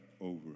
over